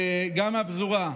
גם מהפזורה,